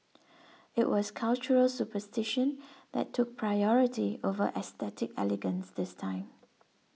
it was cultural superstition that took priority over aesthetic elegance this time